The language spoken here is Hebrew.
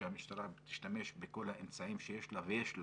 שהמשטרה תשתמש בכל האמצעים שיש לה, ויש לה,